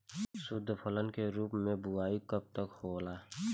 शुद्धफसल के रूप में बुआई कब तक होला?